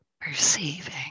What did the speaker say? perceiving